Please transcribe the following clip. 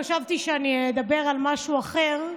חשבתי שאדבר על משהו אחר,